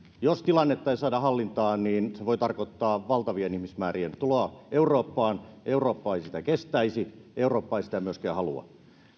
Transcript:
jos tilannetta ei saada hallintaan se voi tarkoittaa valtavien ihmismäärien tuloa eurooppaan eurooppa ei sitä kestäisi eurooppa ei sitä myöskään halua